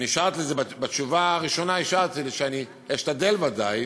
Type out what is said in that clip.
ובתשובה הראשונה השארתי לי, שאני אשתדל ודאי